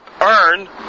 earn